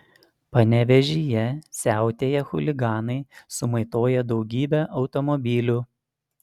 panevėžyje siautėję chuliganai sumaitojo daugybę automobilių